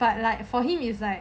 but like for him is like